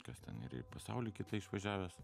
kas ten ir į pasaulį kitą išvažiavęs